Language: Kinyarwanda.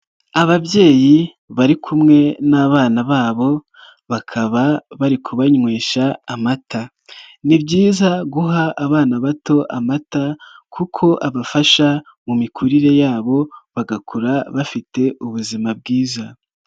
Ababyeyi bari kumwe n'abana babo bakaba bari kubanywesha amata, ni byiza guha abana bato amata kuko abafasha mu mikurire yabo bagakura bafite ubuzima bwiza.